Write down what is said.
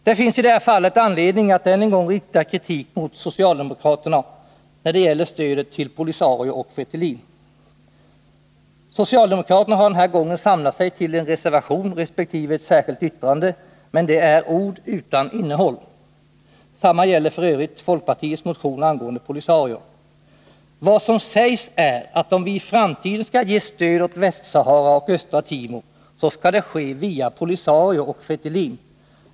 Det finns i det här fallet anledning att än en gång rikta kritik mot socialdemokraterna när det gäller stödet till Polisario och Fretilin. Socialdemokraterna har den här gången samlat sig till en reservation resp. ett särskilt yttrande, men det är ord utan innehåll — detsamma gäller f. ö. folkpartiets motion angående Polisario. Vad som sägs är att om vi i framtiden skall ge stöd åt Västra Sahara och Östra Timor, så skall det ske via Polisario och Fretilin.